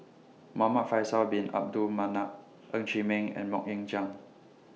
Muhamad Faisal Bin Abdul Manap Ng Chee Meng and Mok Ying Jang